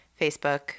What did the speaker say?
Facebook